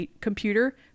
computer